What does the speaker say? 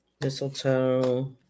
mistletoe